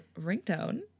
ringtone